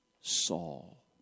Saul